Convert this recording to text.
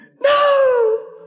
no